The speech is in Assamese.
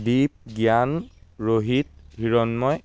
দ্বীপ জ্ঞান ৰোহিত হিৰন্ময়